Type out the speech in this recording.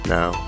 Now